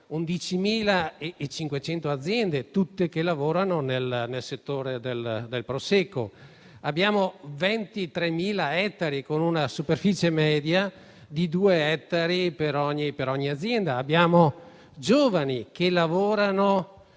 11.500 aziende che lavorano tutte nel settore del Prosecco in 23.000 ettari, con una superficie media di due ettari per ogni azienda; abbiamo giovani che lavorano